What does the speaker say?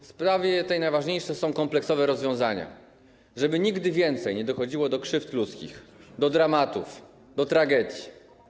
W tej sprawie najważniejsze są kompleksowe rozwiązania, żeby nigdy więcej nie dochodziło do krzywd ludzkich, do dramatów, do tragedii.